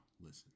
listen